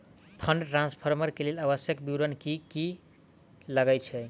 Fund transfer केँ लेल आवश्यक विवरण की की लागै छै?